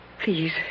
Please